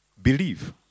Believe